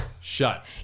shut